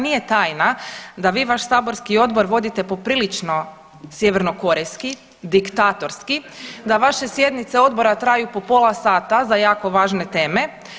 Nije tajna da vi vaš saborski odbor vodite poprilično sjevernokorejski, diktatorski, da vaše sjednice odbora traju po pola sata za jako važne teme.